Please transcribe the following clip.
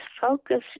focus